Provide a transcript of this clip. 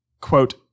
quote